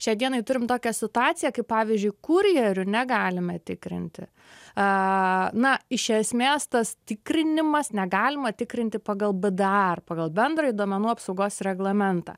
šiai dienai turime tokią situaciją kai pavyzdžiui kurjerių negalime tikrinti a na iš esmės tas tikrinimas negalima tikrinti pagalba dar pagal bendrąjį duomenų apsaugos reglamentą